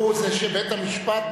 הוא שבית-המשפט,